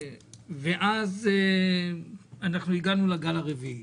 ואז אנחנו הגענו לגל הרביעי.